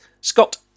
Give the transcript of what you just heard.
Scott